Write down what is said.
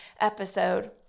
episode